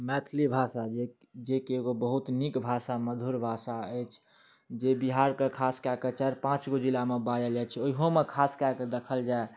मैथली भाषा जे जे कि एगो बहुत नीक भाषा मधुर भाषा अछि जे बिहार कऽ खास कए कऽ चारि पाँच गो जिलामे बाजल जाइत छै ओहोमे खास कए कऽ देखल जाए